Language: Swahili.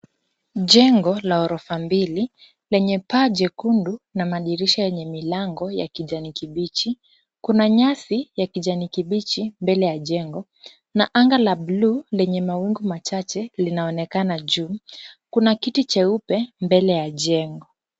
Jengo la ghorofa mbili lenye paa jekundu na madirisha yenye milango ya kijani kibichi, kuna nyasi ya kijani kibichi mbele ya jengo, na anga la bluu lenye mawingu machache linaonekana juu, kuna kiti cheupe mbele ya jengo.